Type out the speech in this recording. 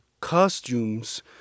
costumes